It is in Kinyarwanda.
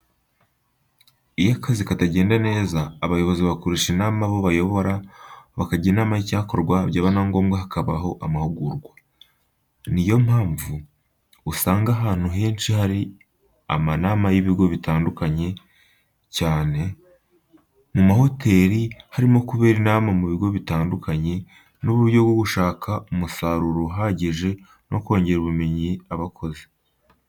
Iyo akazi katagenda neza abayobozi bakoresha inama abo bayobora bakajya inama y'icyakorwa byaba na ngombwa hakabaho amahugurwa. Ni yo mpamvu usanga ahantu henshi hari amanama y'ibigo bitandukanye cyane, mu mahoteri harimo kuberamo inama mu bigo bitandukanye n'uburyo bwo gushaka umusaruro uhagije no kongerera ubumenyi abakozi.